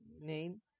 name